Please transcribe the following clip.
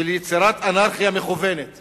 של יצירת אנרכיה מכוונת